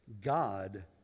God